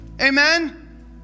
Amen